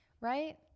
Right